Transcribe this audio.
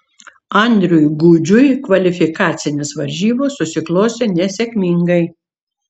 andriui gudžiui kvalifikacinės varžybos susiklostė nesėkmingai